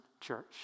church